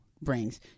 brings